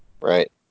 Right